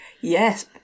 Yes